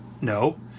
no